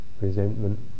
resentment